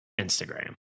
Instagram